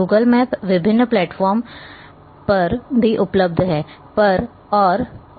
Google map विभिन्न प्लेटफार्मों पर भी उपलब्ध है